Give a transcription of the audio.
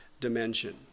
dimension